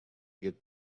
get